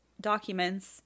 documents